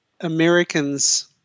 Americans